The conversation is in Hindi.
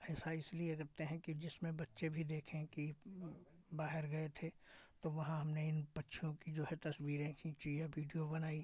ऐसा इसलिए करते हैं कि जिसमें बच्चे भी देखे कि बाहर गए थे तो वहाँ हमने इन पक्षियों की जो है तस्वीरें खींची या वीडियो बनाई